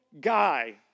guy